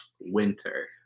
winter